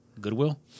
Goodwill